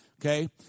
okay